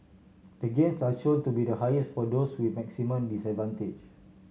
the gains are shown to be the highest for those with maximum disadvantage